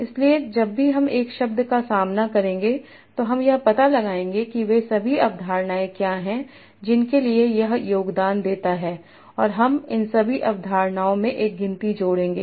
इसलिए जब भी हम एक शब्द का सामना करेंगे तो हम यह पता लगाएंगे कि वे सभी अवधारणाएं क्या हैं जिनके लिए यह योगदान देता है और हम इन सभी अवधारणाओं में एक गिनती जोड़ेंगे